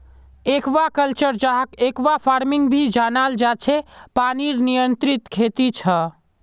aquaculture, जहाक aquafarming भी जनाल जा छे पनीर नियंत्रित खेती छे